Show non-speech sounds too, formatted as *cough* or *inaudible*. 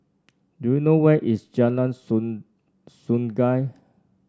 do you know where is Jalan *unintelligible* Sungei